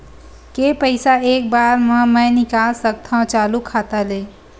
के पईसा एक बार मा मैं निकाल सकथव चालू खाता ले?